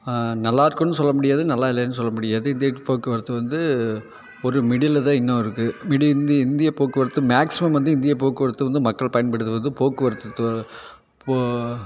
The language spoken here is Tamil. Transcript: நல்லாயிருக்குன்னு சொல்லமுடியாது நல்லா இல்லேன்னு சொல்லமுடியாது இந்தியப் போக்குவரத்து வந்து ஒரு மிடிலில்தான் இன்னும் இருக்குது மிடி இந் இந்தியப் போக்குவரத்து மேக்ஸிமம் வந்து இந்தியப் போக்குவரத்து வந்து மக்கள் பயன்படுத்துவது போக்குவரத்து தோ இப்போது